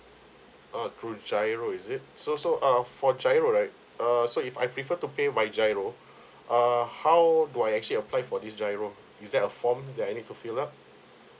uh through giro is it so so uh for giro right err so if I prefer to pay by giro err how do I actually apply for this giro is there a form that I need to fill up